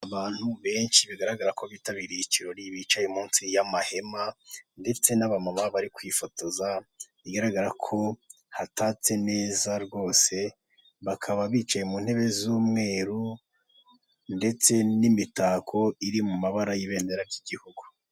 Abantu benshi bigaragara ko bitabiriye ikirori bicaye munsi y'amahema ndetse n'abamama bari kwifotoza, bigaragara ko hatatse neza rwose, bakaba bicaye mu ntebe z'umweru ndetse n'imitako iri mu mabara y'ibendera ry'igihugu.